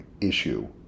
issue